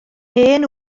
hen